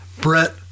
Brett